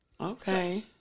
Okay